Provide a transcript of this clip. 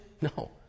No